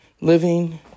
Living